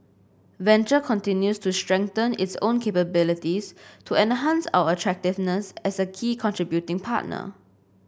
venture continues to strengthen its own capabilities to enhance our attractiveness as a key contributing partner